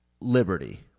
Liberty